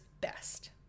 best